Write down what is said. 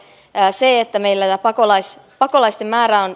se että meillä pakolaisten turvapaikanhakijoiden määrä on